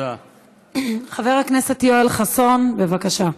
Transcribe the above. חבר הכנסת יואל חסון, בבקשה.